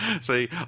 See